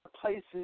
places